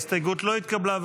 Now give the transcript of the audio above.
ההסתייגות לא התקבלה.